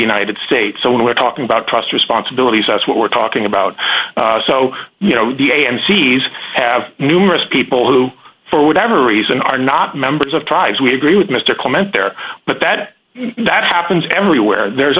united states so when we're talking about trust responsibilities that's what we're talking about so you know the amcs have numerous people who for whatever reason are not members of tribes we agree with mr comment there but that that happens everywhere there's